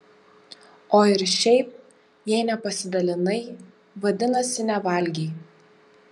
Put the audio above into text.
o ir šiaip jei nepasidalinai vadinasi nevalgei